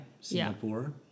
Singapore